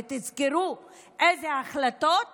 ותזכרו אילו החלטות